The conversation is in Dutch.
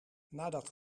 nadat